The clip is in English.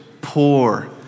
poor